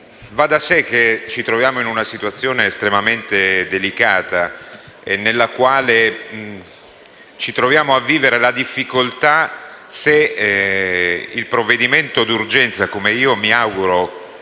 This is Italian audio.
Va da sé che ci troviamo in una situazione estremamente delicata, nella quale viviamo la difficoltà se il provvedimento d'urgenza, come io mi auguro